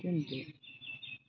दोनदो